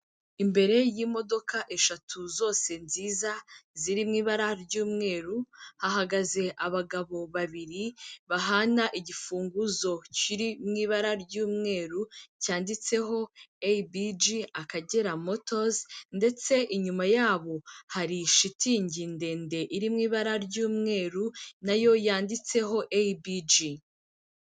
Imbere y'imodoka eshatu zose nziza ziri mu ibara ry'umweru, hahagaze abagabo babiri, bahana igifunguzo kiri mu ibara ry'umweru cyanditseho ABG Akagera motozi ndetse inyuma yabo hari shitingi ndende iri mu ibara ry'umweru nayo yanditseho ABG.